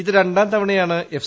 ഇത് രണ്ടാം തവണയാണ് എഫ്